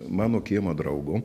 mano kiemo draugu